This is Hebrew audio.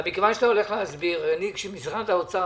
אבל מכיוון שאתה הולך להסביר כשמשרד האוצר,